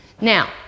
Now